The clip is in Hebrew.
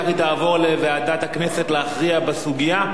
אם כך היא תעבור לוועדת הכנסת שתכריע בסוגיה.